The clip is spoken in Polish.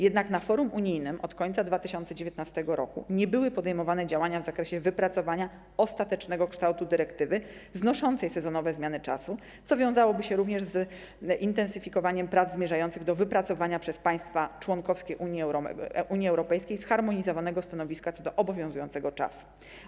Jednak na forum unijnym od końca 2019 r. nie były podejmowane działania w zakresie wypracowania ostatecznego kształtu dyrektywy znoszącej sezonowe zmiany czasu, co wiązałoby się również z intensyfikowaniem prac zmierzających do wypracowania przez państwa członkowskie Unii Europejskiej zharmonizowanego stanowiska co do obowiązującego czasu.